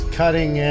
cutting